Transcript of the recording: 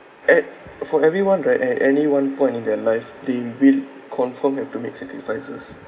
at for everyone right at any one point in their life they will confirm have to make sacrifices